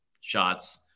Shots